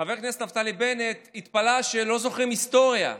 חבר הכנסת נפתלי בנט התפלא שלא זוכרים היסטוריה.